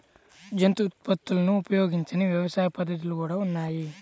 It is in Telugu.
జంతు ఉత్పత్తులను ఉపయోగించని వ్యవసాయ పద్ధతులు కూడా ఉన్నాయి